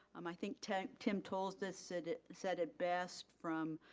um i think tim tim told us, said it said it best from